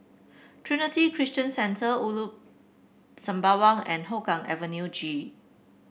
Trinity Christian Centre Ulu Sembawang and Hougang Avenue G